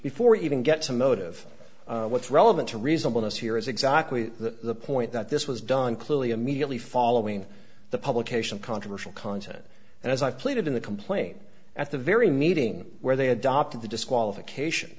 before even get to motive what's relevant to reason with us here is exactly the point that this was done clearly immediately following the publication controversial content and as i pleaded in the complaint at the very meeting where they adopted the disqualification